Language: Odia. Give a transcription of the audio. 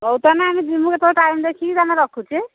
ହଉ ତା'ହାଲେ ଆମେ ଯିମୁ କେତେବେଳେ ଟାଇମ୍ ଦେଖିକି ତା'ହାଲେ ରଖୁଛି